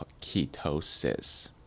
ketosis